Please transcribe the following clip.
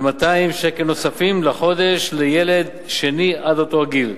ו-200 שקל נוספים לחודש לילד שני עד אותו גיל.